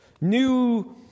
new